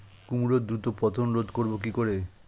কুমড়োর দ্রুত পতন রোধ করব কি করে?